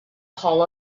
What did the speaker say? hall